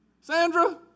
Sandra